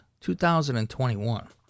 2021